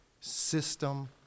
system